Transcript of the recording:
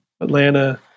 Atlanta